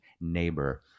neighbor